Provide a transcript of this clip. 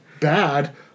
bad